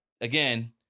again